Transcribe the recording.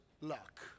luck